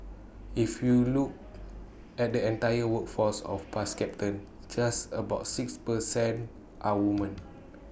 if you look at the entire workforce of bus captains just about six per cent are women